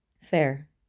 Fair